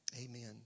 Amen